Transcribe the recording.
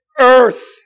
earth